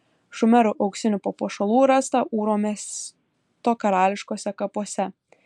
šumerų auksinių papuošalų rasta ūro miesto karališkuosiuose kapuose